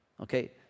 Okay